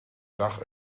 dach